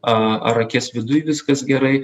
a ar akies viduj viskas gerai